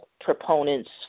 proponents